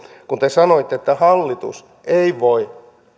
kun te sanoitte että hallitus ei voi